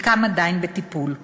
חלקם עדיין בטיפול.